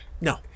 No